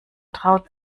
traut